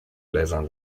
lasern